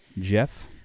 Jeff